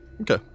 Okay